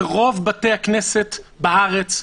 ברוב בתי הכנסת בארץ,